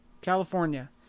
California